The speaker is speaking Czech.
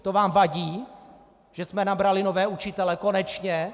To vám vadí, že jsme nabrali nové učitele konečně?